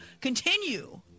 continue